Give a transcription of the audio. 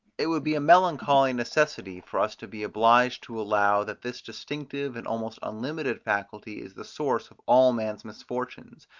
it would be a melancholy necessity for us to be obliged to allow, that this distinctive and almost unlimited faculty is the source of all man's misfortunes